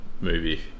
movie